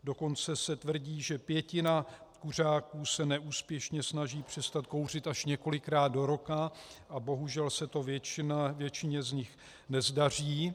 Dokonce se tvrdí, že pětina kuřáků se neúspěšně snaží přestat kouřit až několikrát do roka, a bohužel se to většině z nich nezdaří.